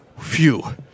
Phew